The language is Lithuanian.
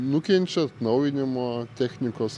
nukenčia atnaujinimo technikos